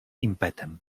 impetem